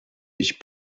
ich